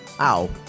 Ow